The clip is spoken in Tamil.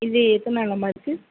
இது எத்தனை நாளாகம்மா இருக்கு